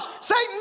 satan